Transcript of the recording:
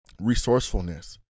resourcefulness